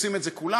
עושים את זה כולם,